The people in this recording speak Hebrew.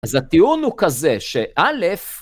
אז הטיעון הוא כזה, שאלף